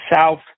south